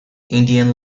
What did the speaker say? indian